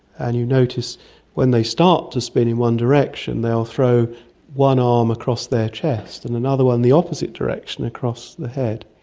and you notice when they start to spin in one direction they will throw one arm across their chest and another one in the opposite direction across the head.